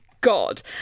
God